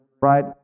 right